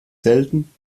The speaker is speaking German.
selten